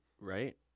Right